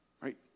Right